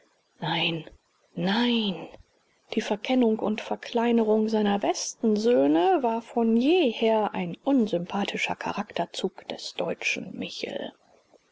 nein nein die verkennung und verkleinerung seiner besten söhne war von jeher ein unsympathischer charakterzug des deutschen michel